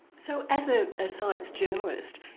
so as a ah science journalist,